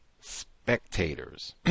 spectators